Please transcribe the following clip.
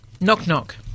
Knock-knock